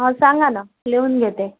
हो सांगा ना लिहून घेते